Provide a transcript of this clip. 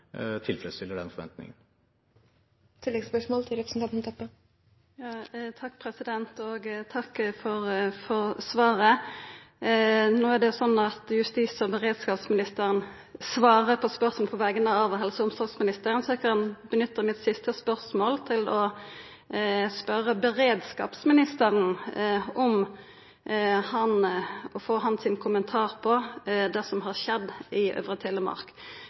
den forventningen. Eg takkar for svaret. No er det slik at justis- og beredskapsministeren svarer på spørsmål på vegner av helse- og omsorgsministeren, så eg kan nytta mitt siste spørsmål til å spørja beredskapsministeren om å få hans kommentar til det som har skjedd i Øvre Telemark.